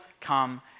come